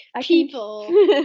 people